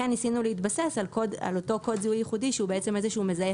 לכן ניסינו להתבסס על אותו קוד זיהוי ייחודי שהוא איזשהו מזהה